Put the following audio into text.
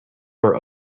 were